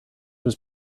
was